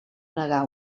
negar